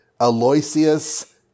Aloysius